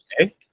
okay